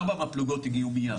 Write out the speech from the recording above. ארבע פלוגות הגיעו מיד,